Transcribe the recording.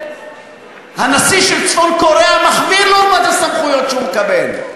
שהנשיא של צפון-קוריאה מחוויר לעומת הסמכויות שהוא מקבל.